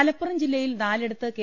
മലപ്പുറം ജില്ലയിൽ നാലിടത്ത് കെ